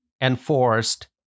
enforced